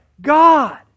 god